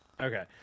Okay